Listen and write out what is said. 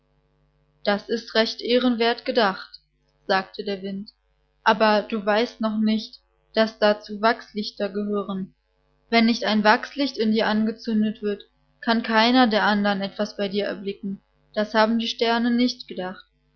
das ist recht ehrenwert gedacht sagte der wind aber du weißt noch nicht daß dazu wachslichter gehören wenn nicht ein wachslicht in dir angezündet wird kann keiner der andern etwas bei dir erblicken das haben die sterne nicht gedacht